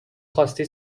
خواستی